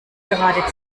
gerade